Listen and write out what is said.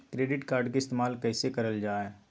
Credit card के इस्तेमाल कईसे करल जा लई?